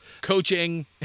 coaching